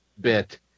bit